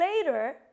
later